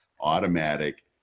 automatic